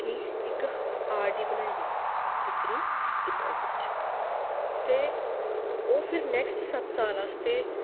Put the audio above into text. कि इक R D बनाई देनी रेकरिंग डिपाजिट ते ओह् फिर नेक्सट सत्त साल आस्तै